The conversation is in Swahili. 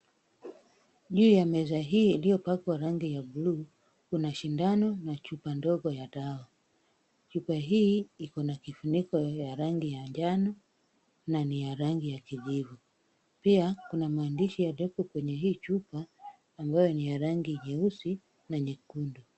Juu ya meza hii iliyopakwa rangi ya buluu kuna sindano na chupa ndogo ya dawa. Chupa hii iko na kifuniko ya rangi ya njano na ni ya rangi ya kijivu. Pia kuna maandishi yaliyoko kwenye hii chupa ambayo ni ya rangi nyeusi na nyekundu.